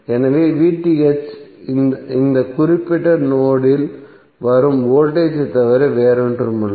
எனவே இந்த குறிப்பிட்ட நோட் இல் வரும் வோல்டேஜ் ஐ தவிர வேறொன்றுமில்லை